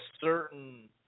certain